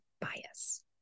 bias